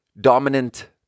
dominant